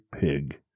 pig